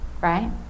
Right